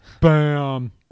Bam